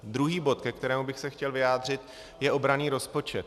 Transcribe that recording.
Druhý bod, ke kterému bych se chtěl vyjádřit, je obranný rozpočet.